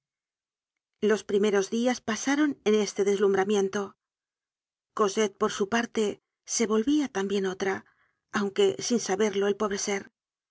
los primeros dias pasaron en este deslumbramiento cosette por su parte se volvia tambien otra aunque sin saberlo